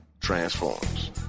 Transforms